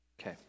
Okay